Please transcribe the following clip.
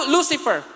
Lucifer